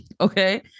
Okay